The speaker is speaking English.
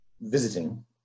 visiting